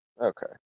Okay